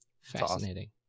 Fascinating